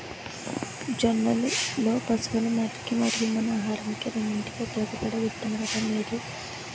జొన్నలు లో పశువుల మేత కి మరియు మన ఆహారానికి రెండింటికి ఉపయోగపడే విత్తన రకం ఏది?